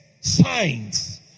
signs